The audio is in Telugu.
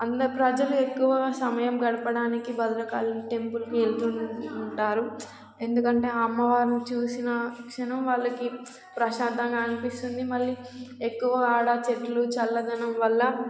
అంత ప్రజలు ఎక్కువగా సమయం గడపడానికి భద్రకాళి టెంపుల్కి వెళ్తూ ఉంటారు ఎందుకంటే అమ్మవారిని చూసినా క్షణం వాళ్ళకి ప్రశాంతంగా అనిపిస్తుంది మళ్ళీ ఎక్కువ అక్కడ చెట్లు చల్లదనం వల్ల